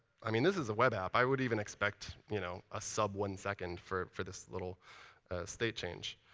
i mean, this is a web app. i would even expect you know a sub-one second for for this little state change.